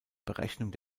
berechnung